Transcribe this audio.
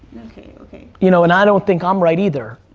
okay, okay. you know, and i don't think i'm right, either.